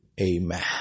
Amen